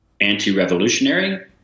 anti-revolutionary